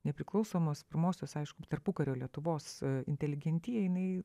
nepriklausomos pirmosios aišku tarpukario lietuvos inteligentija jinai